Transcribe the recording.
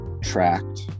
tracked